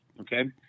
Okay